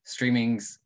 streamings